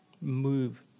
move